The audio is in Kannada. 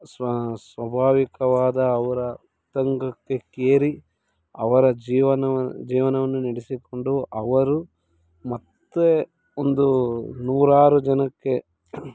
ಸ್ವಭಾವಿಕವಾದ ಅವರ ಉತ್ತುಂಗಕ್ಕೇರಿ ಅವರ ಜೀವನವ ಜೀವನವನ್ನು ನಡೆಸಿಕೊಂಡು ಅವರು ಮತ್ತು ಒಂದು ನೂರಾರು ಜನಕ್ಕೆ